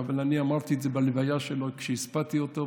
אבל אני אמרתי את זה בלוויה שלו כשהספדתי אותו,